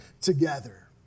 together